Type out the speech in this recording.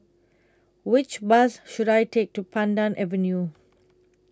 Which Bus should I Take to Pandan Avenue